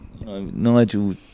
nigel